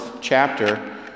chapter